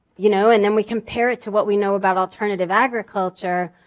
you know and then we compare it to what we know about alternative agriculture.